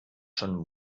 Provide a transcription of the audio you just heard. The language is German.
schon